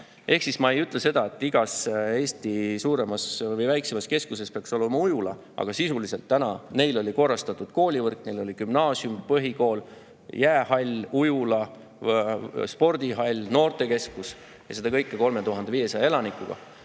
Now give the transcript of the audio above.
täna on. Ma ei ütle seda, et igas Eesti väiksemas keskuses peaks olema ujula, aga neil on täna sisuliselt korrastatud koolivõrk, neil on gümnaasium, põhikool, jäähall, ujula, spordihall, noortekeskus, ja seda kõike 3500 elaniku